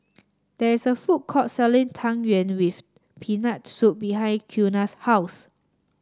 there is a food court selling Tang Yuen with Peanut Soup behind Qiana's house